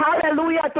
Hallelujah